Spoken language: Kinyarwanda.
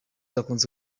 akunze